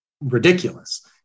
ridiculous